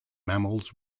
mammals